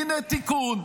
הינה תיקון: